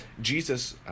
Jesus